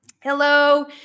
Hello